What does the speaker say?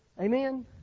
Amen